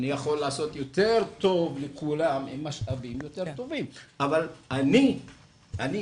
אני יכול לעשות יותר טוב לכולם עם משאבים יותר טובים אבל אני המבוגר,